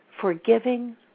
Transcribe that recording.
forgiving